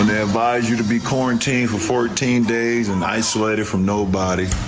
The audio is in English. thereby due to be quarantined for fourteen days and isolated from nobody.